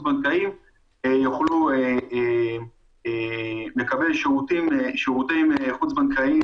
בנקאי יוכלו לקבל שירותי חוץ בנקאיים,